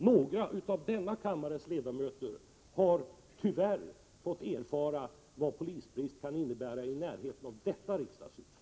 Några utav denna kammares ledamöter har tyvärr fått erfara vad polisbrist kan innebära i närheten av detta riksdagshus.